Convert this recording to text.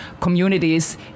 communities